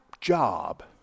job